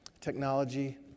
technology